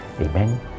amen